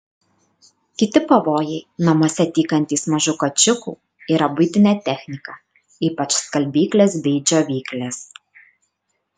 kiti pavojai namuose tykantys mažų kačiukų yra buitinė technika ypač skalbyklės bei džiovyklės